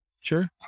Sure